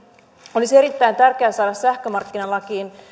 olisi erittäin tärkeää saada sähkömarkkinalakiin